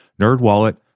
NerdWallet